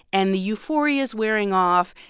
and the euphoria's wearing off.